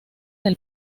del